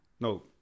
No